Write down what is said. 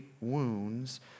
wounds